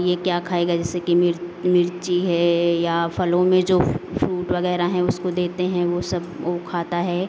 ये क्या खाएगा जैसे कि मि मिर्ची है या फलों में जो फ्रूट वगैरह है उसको देते हैं वो सब खाता है